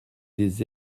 des